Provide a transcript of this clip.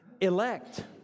elect